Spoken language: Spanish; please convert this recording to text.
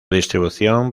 distribución